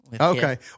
Okay